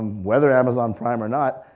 whether amazon prime or not,